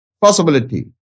Possibility